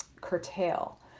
curtail